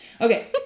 Okay